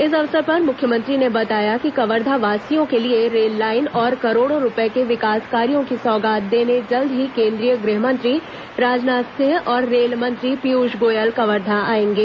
इस अवसर पर मुख्यमंत्री ने बताया कि कवर्धावासियों के लिए रेललाइन और करोड़ों रूपये के विकास कार्यों की सौगात देने जल्द ही केंद्रीय गृहमंत्री राजनाथ सिंह और रेल मंत्री पीयूष गोयल कवर्धा आएंगे